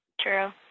True